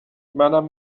منم